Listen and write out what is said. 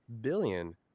billion